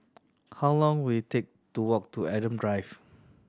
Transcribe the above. how long will it take to walk to Adam Drive